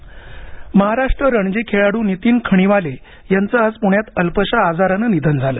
खेळाडू निधन महाराष्ट्र रणजी खेळाडू नितिन खणीवाले यांचे आज पुण्यात अल्पशा आजाराने निधन झाले